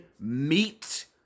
meat